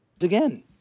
again